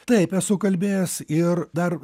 taip esu kalbėjęs ir dar